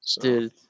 Dude